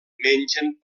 mengen